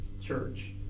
Church